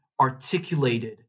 articulated